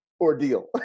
ordeal